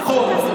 נכון.